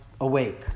awake